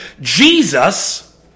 Jesus